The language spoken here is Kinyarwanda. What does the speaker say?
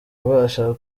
mbasha